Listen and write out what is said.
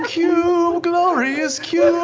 cube, glorious cube,